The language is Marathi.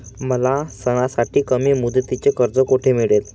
मला सणासाठी कमी मुदतीचे कर्ज कोठे मिळेल?